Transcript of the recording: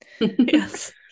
Yes